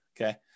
okay